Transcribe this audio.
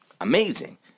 amazing